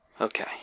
Okay